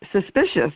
suspicious